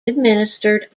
administered